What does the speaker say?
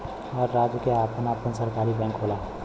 हर राज्य के आपन आपन सरकारी बैंक होला